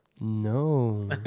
No